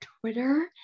Twitter